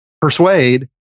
persuade